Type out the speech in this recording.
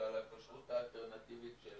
שעל הכשרות האלטרנטיבית של